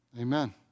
Amen